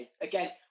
Again